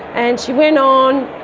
and she went on,